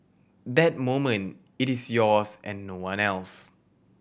that moment it is yours and no one else